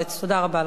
תודה רבה לכם.